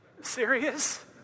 Serious